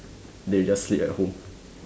they will just sleep at home